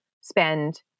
spend